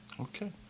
Okay